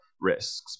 risks